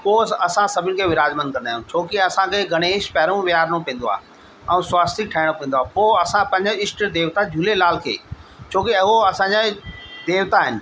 पोइ असां सभिनि खे विराजमान कंदा आहियूं छो की असांखे गणेश पहिरियों विहारिणो पवंदो आहे ऐं स्वासतिक ठाहिणो पवंदो आहे पोइ असां पंहिंजो ईष्ट देवता झूलेलाल खे छो की हो असांजा देवता आहिनि